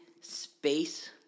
space